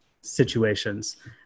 situations